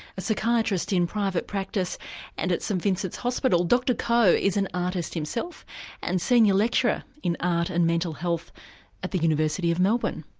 a psychiatrist in private practice and at st vincents hospital, dr koh is an artist himself and senior lecturer in art and mental health at the university of melbourne.